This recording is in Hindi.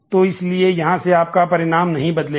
तो इसलिए यहां से आपका परिणाम नहीं बदलेगा